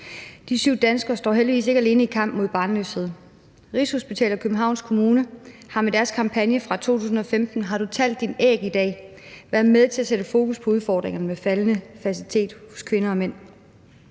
De syv danskere står heldigvis ikke alene i kampen mod barnløshed. Rigshospitalet og Københavns Kommune har med deres kampagne fra 2015 »Har du talt dine æg i dag?« været med til at sætte fokus på udfordringerne med faldende fertilitet hos kvinder og mænd.